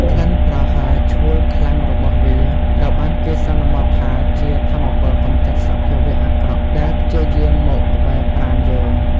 ក្លិនប្រហើរឆួលខ្លាំងរបស់វាត្រូវបានគេសន្មតថាជាថាមពលកម្ចាត់សភាវៈអាក្រក់ដែលព្យាយាមមកក្បែរប្រាណយើង។